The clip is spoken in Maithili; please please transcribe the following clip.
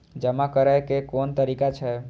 जमा करै के कोन तरीका छै?